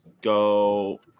go